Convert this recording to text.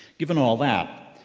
given all that,